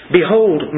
Behold